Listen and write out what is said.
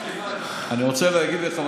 אני רוצה להגיד לך,